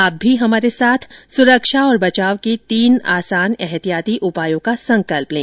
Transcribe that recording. आप भी हमारे साथ सुरक्षा और बचाव के तीन आसान एहतियाती उपायों का संकल्प लें